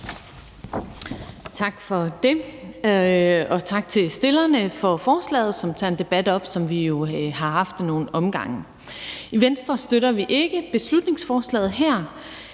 Tak for det, og tak til forslagsstillerne, som tager en debat op, som vi jo har haft ad nogle omgange. I Venstre støtter vi ikke beslutningsforslaget her.